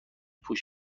پوش